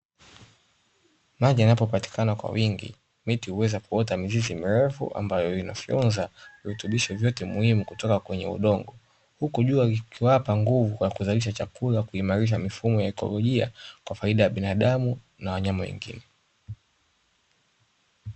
Maji yanapopatikana kwa wingi miti huweza kuota mizizi mirefu ambayo inafyonza virutubisho vyote muhimu kutoka kwenye udongo, huku jua likiwapa nguvu kwa kuzalisha chakula kuimarisha mifumo ya ikolojia kwa faida ya binadamu na wanyama wengine.